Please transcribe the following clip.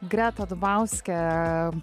greta dubauskė